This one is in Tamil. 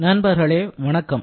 நண்பர்களே வணக்கம்